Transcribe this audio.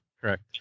correct